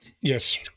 Yes